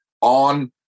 on